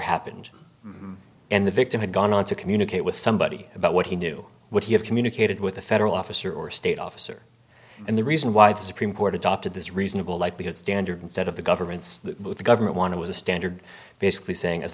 happened and the victim had gone on to communicate with somebody about what he knew would he have communicated with a federal officer or state officer and the reason why the supreme court adopted this reasonable likelihood standard set of the governments that the government wanted was a standard basically saying as